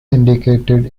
indicated